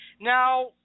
Now